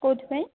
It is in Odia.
କେଉଁଥିପାଇଁ